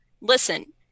listen